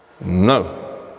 No